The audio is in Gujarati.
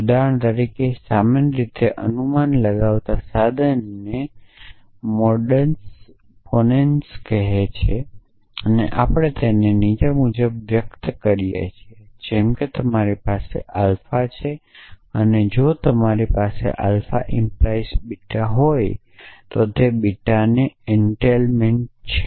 ઉદાહરણ તરીકે સામાન્ય રીતે અનુમાન લગાવવાના સાધન ને મોડસ પોનેન્સ કહે છે અને આપણે તેને નીચે મુજબ વ્યક્ત કરીએ છીએ જેમ કે તમારી પાસે આલ્ફા છે અને જો તમારી પાસે આલ્ફા 🡪બીટા હોય તો બીટા એનટેઇલમેંટ છે